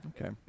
Okay